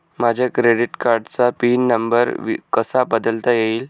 माझ्या क्रेडिट कार्डचा pin number कसा बदलता येईल?